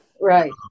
Right